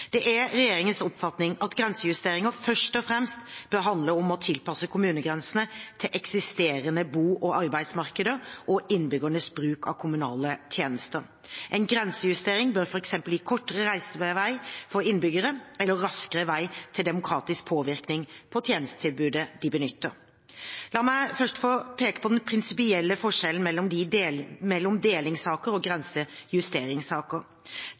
Det er regjeringens oppfatning at grensejusteringer først og fremst bør handle om å tilpasse kommunegrensene til eksisterende bo- og arbeidsmarkeder og innbyggernes bruk av kommunale tjenester. En grensejustering bør f.eks. gi kortere reisevei for innbyggere eller raskere vei til demokratisk påvirkning på tjenestetilbudet de benytter. La meg først få peke på den prinsipielle forskjellen mellom delingssaker og grensejusteringssaker.